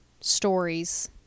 stories